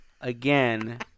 Again